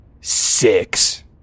six